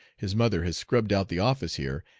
his mother has scrubbed out the office here,